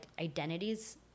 identities